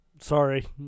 Sorry